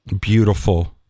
beautiful